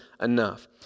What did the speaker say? enough